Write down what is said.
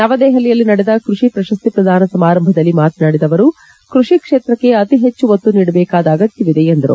ನವದೆಹಲಿಯಲ್ಲಿ ನಡೆದ ಕೃಷಿ ಪ್ರಶಸ್ತಿ ಪ್ರದಾನ ಸಮಾರಂಭದಲ್ಲಿ ಮಾತನಾಡಿದ ಅವರು ಕೃಷಿ ಕ್ಷೇತ್ರಕ್ಕೆ ಅತಿ ಹೆಚ್ಚು ಒತ್ತು ನೀಡಬೇಕಾದ ಅಗತ್ವವಿದೆ ಎಂದರು